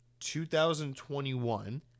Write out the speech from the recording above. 2021